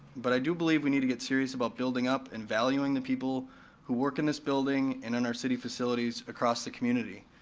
but i do believe we need to get serious about building up and valuing the people who work in this building, and in our city facilities across the community.